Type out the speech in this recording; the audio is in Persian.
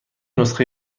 نسخه